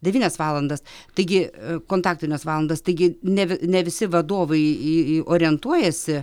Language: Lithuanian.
devynias valandas taigi kontaktines valandas taigi ne ne visi vadovai į orientuojasi